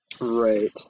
Right